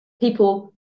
people